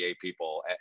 people